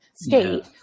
state